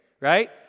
right